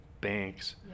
banks